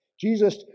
Jesus